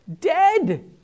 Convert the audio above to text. Dead